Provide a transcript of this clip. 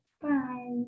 Bye